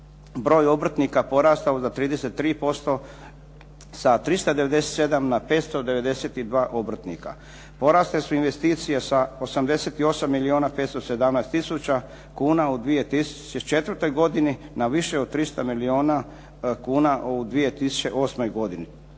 Broj obrtnika porastao za 33%, sa 397, na 592 obrtnika. Porasle su investicije sa 88 milijuna 517 tisuća kuna u 2004. godini na više od 300 milijuna kuna u 2008. godini.